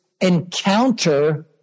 encounter